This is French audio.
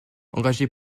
engagée